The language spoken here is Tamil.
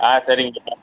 ஆ சரிங்கய்யா